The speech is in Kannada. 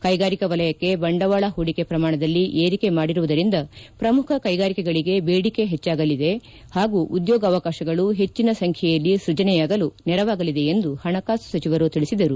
ಕೈಗಾರಿಕಾ ವಲಯಕ್ಕೆ ಬಂಡವಾಳ ಹೂಡಿಕೆ ಪ್ರಮಾಣದಲ್ಲಿ ಏರಿಕೆ ಮಾಡಿರುವುದರಿಂದ ಪ್ರಮುಖ ಕೈಗಾರಿಕೆಗಳಗೆ ಬೇಡಿಕೆ ಹೆಚ್ಚಾಗಲಿದೆ ಹಾಗೂ ಉದ್ಯೋಗಾವಕಾಶಗಳು ಹೆಚ್ಚಿನ ಸಂಚ್ಯೆಯಲ್ಲಿ ಸೃಜನೆಯಾಗಲು ನೆರವಾಗಲಿದೆ ಎಂದು ಹಣಕಾಸು ಸಚಿವರು ತಿಳಿಸಿದರು